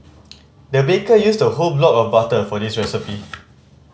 the baker used a whole block of butter for this recipe